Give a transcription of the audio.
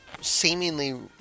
seemingly